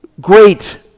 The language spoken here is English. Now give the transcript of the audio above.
great